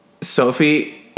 Sophie